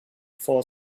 for